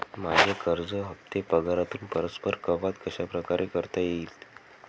माझे कर्ज हफ्ते पगारातून परस्पर कपात कशाप्रकारे करता येतील?